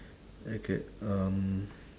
okay um